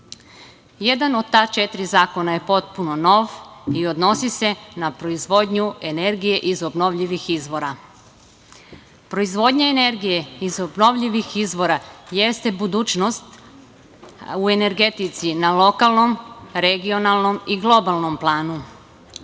putu. Jedan od ta četiri zakona je potpuno nov i odnosi se na proizvodnju energije iz obnovljivih izvora. Proizvodnja energije iz obnovljivih izvora jeste budućnost u energetici na lokalnom, regionalnom i globalnom